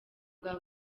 bwa